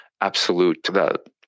absolute